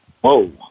Whoa